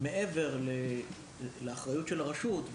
מעבר לאחריות של הרשות,